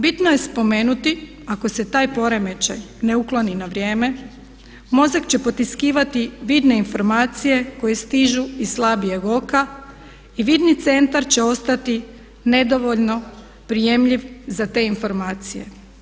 Bitno je spomenuti ako se taj poremećaj ne ukloni na vrijeme mozak će potiskivati vidne informacije koje stižu iz slabijeg oka i vidni centar će ostati nedovoljno prijemljiv za te informacije.